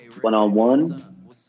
One-on-one